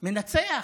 מנצח.